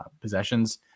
possessions